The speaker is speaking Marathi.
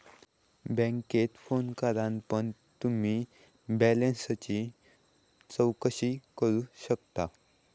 बॅन्केत फोन करान पण तुम्ही बॅलेंसची चौकशी करू शकतास